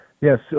Yes